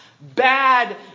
bad